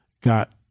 got